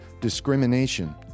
discrimination